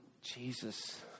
Jesus